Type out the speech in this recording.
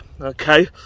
okay